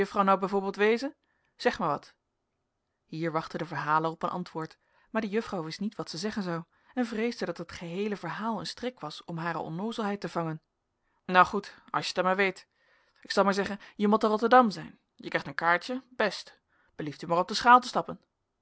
v wezen zeg maar wat hier wachtte de verhaler op een antwoord maar de juffrouw wist niet wat ze zeggen zou en vreesde dat het geheele verhaal een strik was om hare onnoozelheid te vangen nou goed as je t dan maar weet ik zel maar zeggen je mot te rotterdam zijn je krijgt een kaartje best belieft u maar op de schaal te stappen